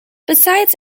besides